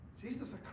Jesus